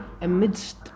amidst